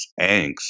angst